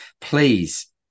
please